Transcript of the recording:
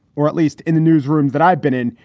or at least in the newsroom that i've been in.